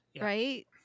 right